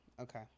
okay